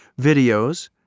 videos